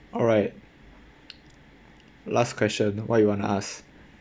alright last question what you wanna ask